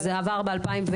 זה עבר ב-2014.